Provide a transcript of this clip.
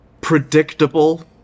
predictable